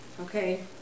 okay